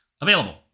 available